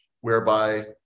whereby